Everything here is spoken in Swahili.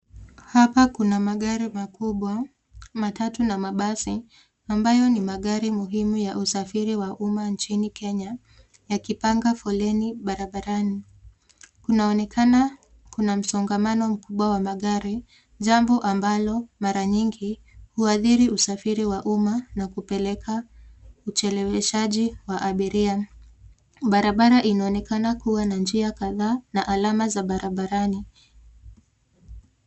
Hapa kuna magari makubwa, matatu na mabasi ambayo ni magari muhimu ya usafiri wa umma nchini Kenya yakipanga foleni barabarani. Kunaonekana kuna msongamano mkubwa wa magari jambo ambalo mara nyingi huadhiri usafiri wa umma na kupeleka ucheleweshaji wa abiria. Barabara inaonekana kuwa na njia kadhaa na alama za barabarani.